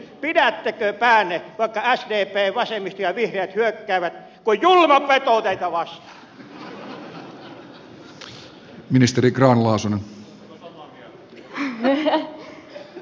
pidättekö päänne vaikka sdp vasemmisto ja vihreät hyökkäävät kuin julma peto teitä vastaan